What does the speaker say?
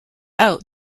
out